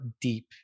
deep